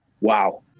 wow